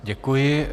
Děkuji.